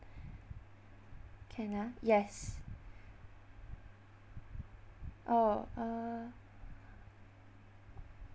can ah yes oh uh